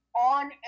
on